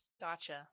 Gotcha